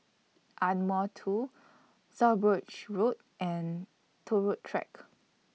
Ardmore two South Bridge Road and Turut Track